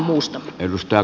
arvoisa puhemies